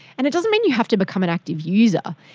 and it doesn't mean you have to become an active user,